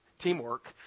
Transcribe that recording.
teamwork